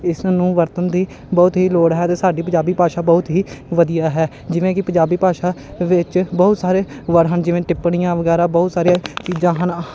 ਇਸ ਨੂੰ ਵਰਤਣ ਦੀ ਬਹੁਤ ਹੀ ਲੋੜ ਹੈ ਅਤੇ ਸਾਡੀ ਪੰਜਾਬੀ ਭਾਸ਼ਾ ਬਹੁਤ ਹੀ ਵਧੀਆ ਹੈ ਜਿਵੇਂ ਕਿ ਪੰਜਾਬੀ ਭਾਸ਼ਾ ਵਿੱਚ ਬਹੁਤ ਸਾਰੇ ਹਨ ਜਿਵੇਂ ਟਿੱਪਣੀਆਂ ਵਗੈਰਾ ਬਹੁਤ ਸਾਰੀਆਂ ਚੀਜ਼ਾਂ ਹਨ